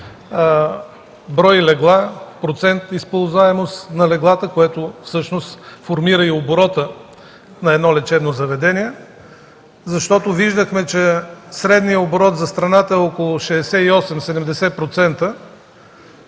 брой легла, процент на използваемост на леглата, който всъщност формира оборота на едно лечебно заведение. Виждахме, че средният за страната е около 68-70%.